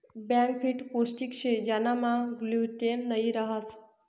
buckwheat पोष्टिक शे ज्यानामा ग्लूटेन नयी रहास